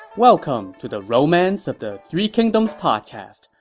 welcome to the romance of the three kingdoms podcast.